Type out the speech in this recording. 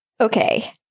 Okay